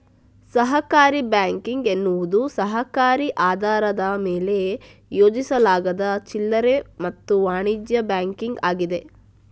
ಸಹಕಾರಿ ಬ್ಯಾಂಕಿಂಗ್ ಎನ್ನುವುದು ಸಹಕಾರಿ ಆಧಾರದ ಮೇಲೆ ಆಯೋಜಿಸಲಾದ ಚಿಲ್ಲರೆ ಮತ್ತು ವಾಣಿಜ್ಯ ಬ್ಯಾಂಕಿಂಗ್ ಆಗಿದೆ